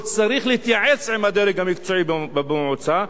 לא צריך להתייעץ עם הדרג המקצועי במועצה,